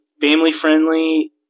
family-friendly